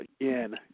again